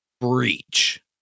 Breach